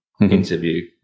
interview